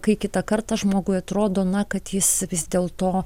kai kitą kartą žmogui atrodo na kad jis vis dėl to